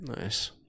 nice